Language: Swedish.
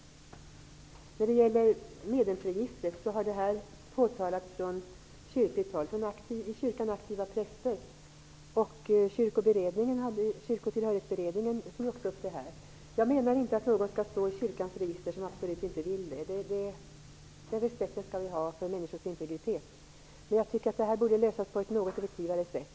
Problemet med medlemsregistret har påtalats från kyrkligt håll och från i kyrkan aktiva präster. Kyrkotillhörighetsberedningen tog också upp det. Jag menar inte att någon som absolut inte vill det skall stå i kyrkans register. Den respekten skall vi har för människors integritet. Men jag tycker att problemet borde lösas på ett något effektivare sätt.